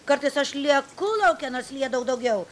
kartais aš lieku lauke nors lyja daug daugiau